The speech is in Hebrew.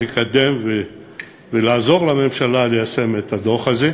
לקדם ולעזור לממשלה ליישם את הדוח הזה,